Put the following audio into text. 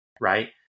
Right